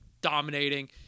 dominating